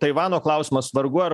taivano klausimas vargu ar